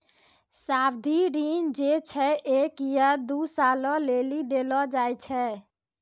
सावधि ऋण जे छै एक या दु सालो लेली देलो जाय छै